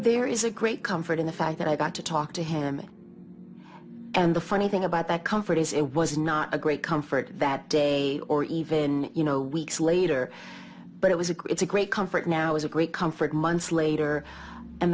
there is a great comfort in the fact that i got to talk to him and the funny thing about that comfort is it was not a great comfort that day or even you know weeks later but it was a good it's a great comfort now is a great comfort months later and